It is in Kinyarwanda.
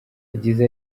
yagize